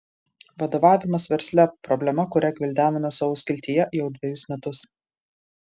vadovavimas versle problema kurią gvildename savo skiltyje jau dvejus metus